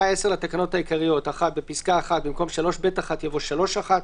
10 לתקנות העיקריות 1. בפסקה (1) במקום 3ב1 יבוא: 3(1),